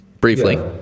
briefly